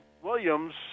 williams